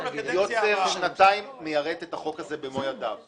יוצר שנתיים מיירט את החוק הזה במו ידיו,